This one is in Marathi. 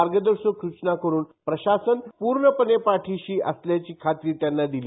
मार्गदर्शक सूचना करून प्रशासन प्रर्णपणे पाठीशी असल्याची खात्री त्यांना दिली